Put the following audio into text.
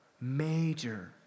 major